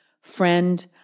Friend